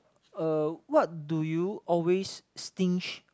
uh what do you always stinge